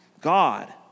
God